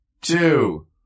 two